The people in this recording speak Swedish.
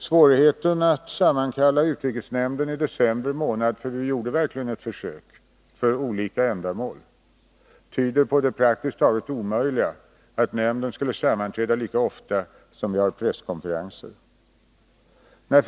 Svårigheten att sammankalla utrikesnämnden i december —- vi gjorde verkligen ett försök — för olika ändamål vittnar om att det praktiskt taget är omöjligt för utrikesnämnden att sammanträda lika ofta som vi håller presskonferenser.